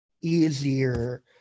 easier